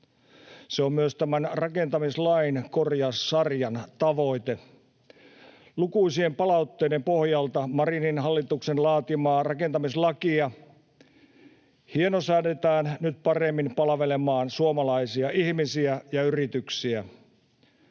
Se on myös tämän rakentamislain korjaussarjan tavoite. Lukuisien palautteiden pohjalta Marinin hallituksen laatimaa rakentamislakia hienosäädetään nyt paremmin palvelemaan suomalaisia ihmisiä ja yrityksiä.